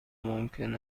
ممکن